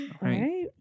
right